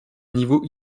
niveau